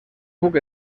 puc